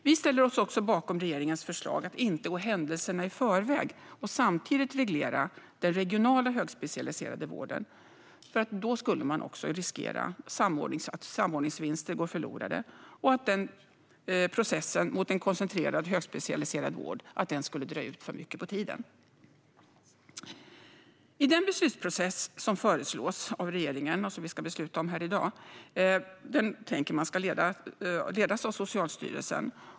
Vi ställer oss också bakom regeringens förslag att inte gå händelserna i förväg och samtidigt reglera den regionala högspecialiserade vården, för då finns det risk att samordningsvinster går förlorade och att processen mot en koncentrerad högspecialiserad vård drar ut för mycket på tiden. Den beslutsprocess som föreslås av regeringen och som vi ska besluta om här i dag ska ledas av Socialstyrelsen.